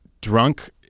drunk